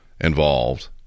involved